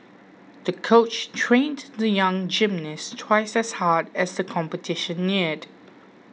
the coach trained the young gymnast twice as hard as the competition neared